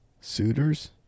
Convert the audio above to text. Suitors